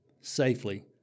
safely